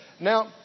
Now